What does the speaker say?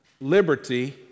liberty